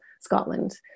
Scotland